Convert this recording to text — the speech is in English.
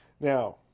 Now